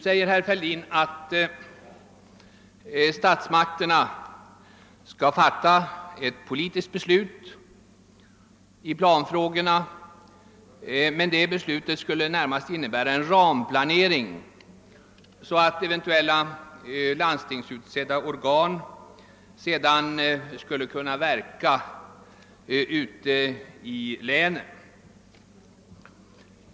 Herr Fälldin säger att statsmakterna skall fatta ett politiskt beslut i planfrågorna men att detta beslut närmast skulle innebära en ramplanering, så att eventuella landstingsutsedda organ sedan skulle kunna verka ute i länet.